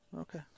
Okay